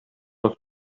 was